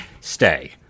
stay